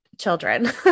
children